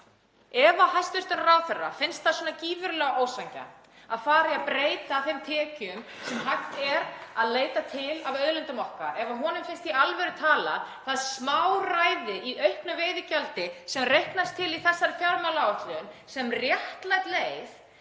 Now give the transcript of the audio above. Ef hæstv. ráðherra finnst það svona gífurlega ósanngjarnt að fara í að breyta þeim tekjum sem hægt er að leita til af auðlindum okkar, ef honum finnst í alvöru talað það smáræði í auknu veiðigjaldi sem reiknast til í þessari fjármálaáætlun vera réttlát leið